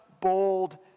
bold